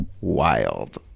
Wild